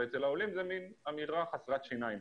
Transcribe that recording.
ואצל העולים זה מין אמירה חסרת שיניים,